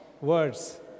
words